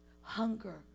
Hunger